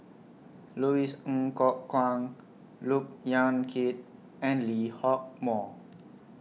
Louis Ng Kok Kwang Look Yan Kit and Lee Hock Moh